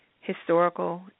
historical